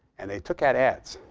and they took out ads.